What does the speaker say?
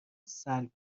سلب